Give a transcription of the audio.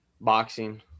boxing